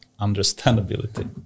understandability